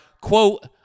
quote